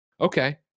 okay